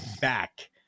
back